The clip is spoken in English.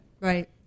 Right